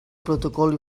protocol